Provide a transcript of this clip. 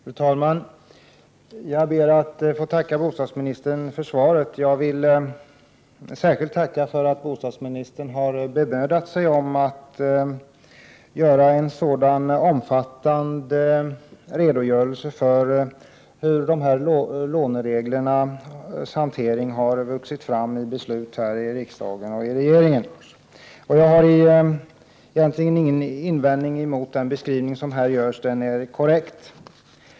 Fru talman! Jag ber att få tacka bostadsministern för svaret. Jag vill särskilt tacka för att bostadsministern har bemödat sig om att ge en så omfattande redogörelse för hanteringen av lånereglerna och besluten här i riksdagen och av regeringen. Jag har egentligen inga invändningar mot den beskrivning som här gjorts, den är korrekt.